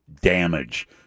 damage